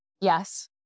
Yes